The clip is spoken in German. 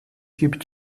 gibt